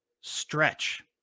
stretch